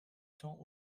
temps